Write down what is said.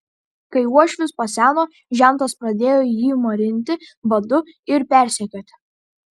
kai uošvis paseno žentas pradėjo jį marinti badu ir persekioti